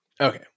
Okay